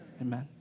Amen